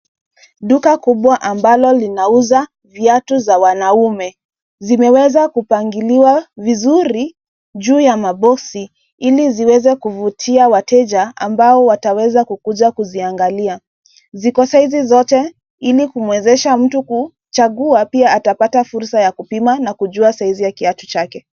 Duka kubwa ambalo linauza viatu zawanaume, zimeweza kupangiliwa vizuri juu ya maboxi ili ziweze kuvutia wateja ambao wataweza kukuja kuziangalia. Ziko saizi zote ili kumwezesha mtu kuchagua pia atapata fursa ya kupima na kujua saizi ya kiatu chake.